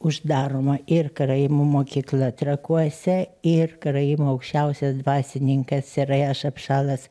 uždaroma ir karaimų mokykla trakuose ir karaimų aukščiausias dvasininkas seraja šapšalas